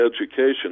education